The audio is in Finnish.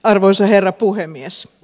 arvoisa herra puhemies